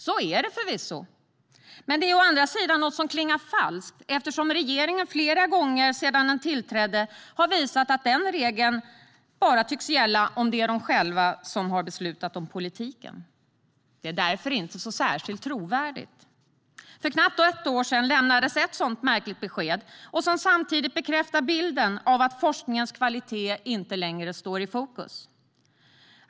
Så är det förvisso, men det är å andra sidan något som klingar falskt eftersom regeringen flera gånger sedan den tillträdde har visat att den regeln bara tycks gälla om det är de själva som har beslutat om politiken. Det är därför inte särskilt trovärdigt. För knappt ett år sedan lämnades ett sådant märkligt besked, som samtidigt bekräftar bilden av att forskningens kvalitet inte längre står i fokus.